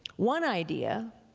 one idea,